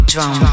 Drum